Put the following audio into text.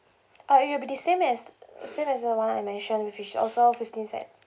uh it will be the same as same as the one I mentioned which is also fifteen cents